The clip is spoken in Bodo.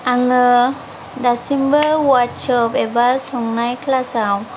आङो दासिमबो वार्कस'प एबा संनाय क्लासआव